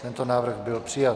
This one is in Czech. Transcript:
Tento návrh byl přijat.